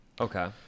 Okay